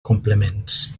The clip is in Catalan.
complements